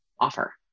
offer